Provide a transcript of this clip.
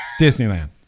Disneyland